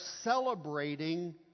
celebrating